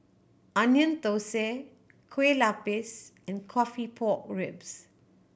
Onion Thosai Kueh Lapis and coffee pork ribs